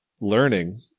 learning